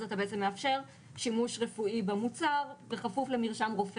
אתה בעצם מאפשר שימוש רפואי במוצר בכפוף למרשם רופא